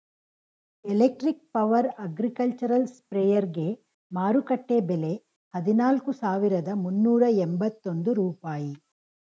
electric power agricultural ಸ್ಪ್ರೆಯರ್ಗೆ ಮಾರುಕಟ್ಟೆ ಬೆಲೆ ಹದಿನಾಲ್ಕು ಸಾವಿರದ ಮುನ್ನೂರ ಎಂಬತ್ತೊಂದು ರೂಪಾಯಿ